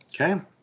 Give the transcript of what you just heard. Okay